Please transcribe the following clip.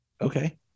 Okay